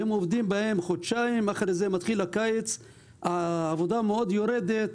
שהם עובדים בהם חודשיים ואחרי זה מתחיל הקיץ והיקף העבודה יורד מאוד.